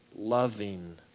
loving